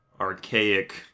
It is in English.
archaic